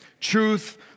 Truth